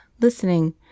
listening